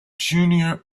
junior